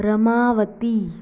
Ramavati